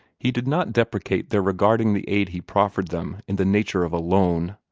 he did not deprecate their regarding the aid he proffered them in the nature of a loan,